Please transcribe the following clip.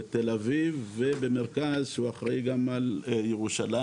בתל אביב ובמרכז שהוא אחראי גם על ירושלים.